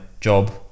job